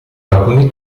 alcuni